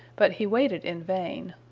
but he waited in vain.